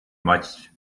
much